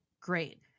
great